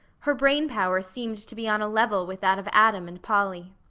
her brain power seemed to be on a level with that of adam and polly.